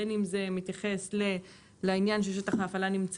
בין אם זה מתייחס לעניין ששטח ההפעלה נמצא